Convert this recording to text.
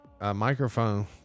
microphone